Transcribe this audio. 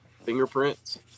fingerprints